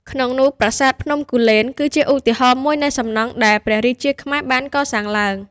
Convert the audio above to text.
ក្នុងនោះប្រាសាទភ្នំគូលែន គឺជាឧទាហរណ៍មួយនៃសំណង់ដែលព្រះរាជាខ្មែរបានកសាងឡើង។